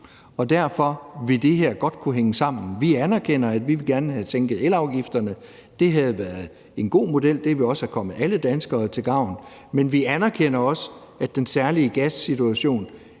Derfor vil det her godt kunne hænge sammen. Vi anerkender, at vi gerne ville have sænket elafgifterne. Det havde været en god model, og det ville også være kommet alle danskere til gavn, men vi anerkender også, at den særlige gassituation